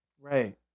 Right